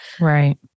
Right